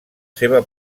seva